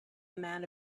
man